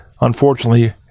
unfortunately